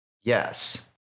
Yes